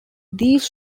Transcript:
these